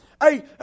Hey